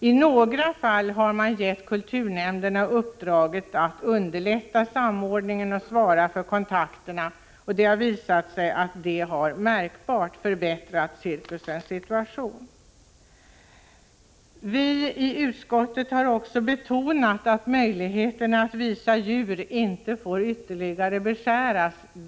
I några fall har man gett kulturnämnderna uppdraget att underlätta samordningen och svara för kontakterna. Det har visat sig att det märkbart har förbättrat cirkusens situation. Kulturutskottet har också betonat att möjligheterna att visa djur inte får ytterligare beskäras.